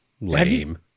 lame